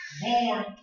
born